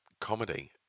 comedy